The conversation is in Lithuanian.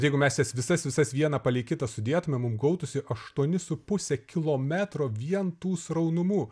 jeigu mes jas visas visas vieną palei kitą sudėtumėm mums gautųsi aštuoni su puse kilometro vien tų sraunumų